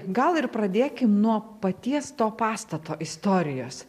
gal ir pradėkim nuo paties to pastato istorijos